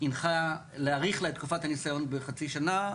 הנחה להאריך לה את תקופת הניסיון בחצי שנה,